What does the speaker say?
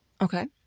Okay